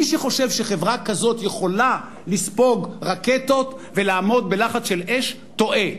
מי שחושב שחברה כזאת יכולה לספוג רקטות ולעמוד בלחץ של אש טועה.